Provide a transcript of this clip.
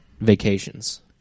vacations